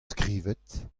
skrivet